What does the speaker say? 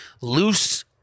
loose